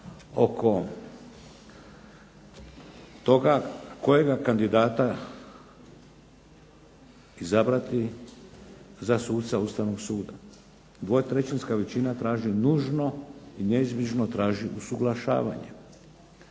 oko toga kojega kandidata izabrati za suca Ustavnog suda. Dvotrećinska većina traži nužno i neizbježno traži usuglašavanje,